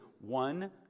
one